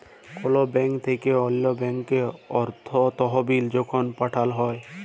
call bank থ্যাইকে অল্য ব্যাংকে তহবিল যখল পাঠাল হ্যয়